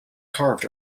carved